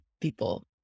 people